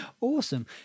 Awesome